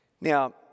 Now